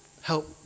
help